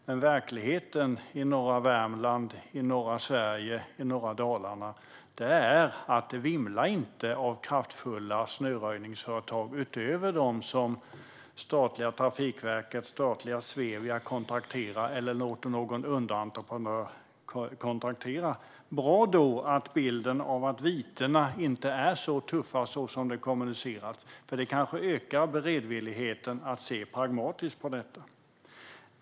Men verkligheten i norra Värmland, i norra Sverige och i norra Dalarna är att det inte vimlar av kraftfulla snöröjningsföretag, utöver dem som statliga Trafikverket och statliga Svevia kontrakterar eller låter någon underentreprenör kontraktera. Bra då att vitena inte är så tuffa som det har kommunicerats. Det kanske ökar beredvilligheten att se pragmatiskt på detta.